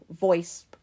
voice